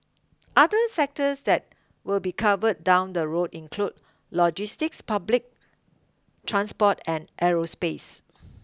other sectors that will be covered down the road include logistics public transport and aerospace